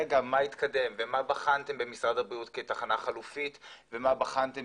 רגע מה התקדם ומה בחנתם במשרד הבריאות כתחנה חלופית ומה בחנתם